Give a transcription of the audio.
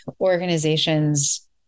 organizations